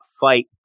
fight